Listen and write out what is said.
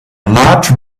large